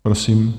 Prosím.